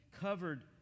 covered